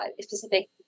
Specific